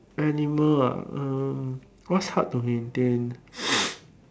animal ah uh what's hard to maintain